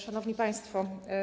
Szanowni Państwo!